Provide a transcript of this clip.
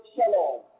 Shalom